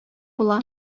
була